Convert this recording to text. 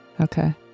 okay